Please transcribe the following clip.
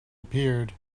appeared